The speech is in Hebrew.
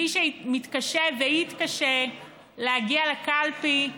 מי שמתקשה ויתקשה להגיע לקלפי,